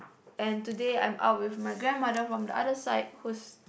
and today I'm out with my grandmother from the other side who's